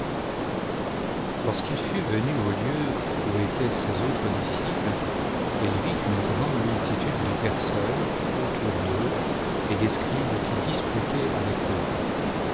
lorsqu'il fut venu au lieu ou étaient ses autres disciples il vit une grande multitude de personnes autour d'eux et des scribes qui disputaient avec eux